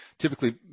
typically